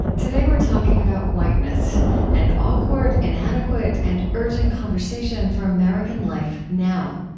today, we're talking about whiteness an awkward, inadequate, and urgent conversation for american life now.